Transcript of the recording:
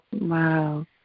Wow